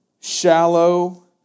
shallow